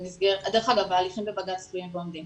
דרך אגב, ההליכים בבג"צ תלויים ועומדים,